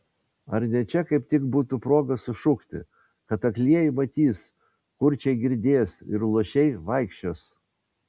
ar ne čia kaip tik būtų proga sušukti kad aklieji matys kurčiai girdės ir luošiai vaikščios